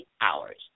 hours